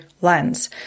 lens